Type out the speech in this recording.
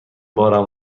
بارم